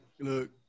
look